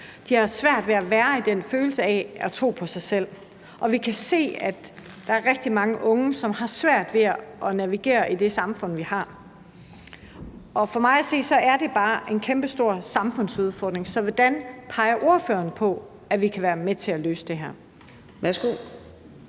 De har svært ved at have den følelse at tro på sig selv, og vi kan se, at der er rigtig mange unge, som har svært ved at navigere i det samfund, vi har, og for mig at se er det bare en kæmpestor samfundsudfordring. Hvordan vil ordføreren mene vi kan være med til at løse det her?